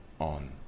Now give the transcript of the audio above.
on